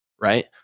right